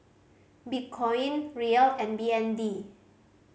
Bitcoin Riel and B N D